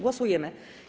Głosujemy.